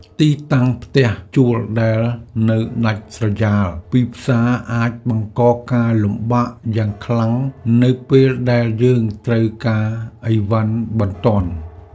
ទីតាំងផ្ទះជួលដែលនៅដាច់ស្រយាលពីផ្សារអាចបង្កការលំបាកយ៉ាងខ្លាំងនៅពេលដែលយើងត្រូវការអីវ៉ាន់បន្ទាន់។